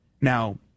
Now